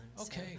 Okay